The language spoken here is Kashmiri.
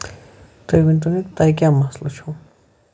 تُہۍ ؤنۍ تو مےٚ تۄہہِ کیاہ مَسلہٕ چھُو